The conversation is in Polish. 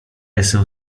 jestem